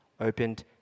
opened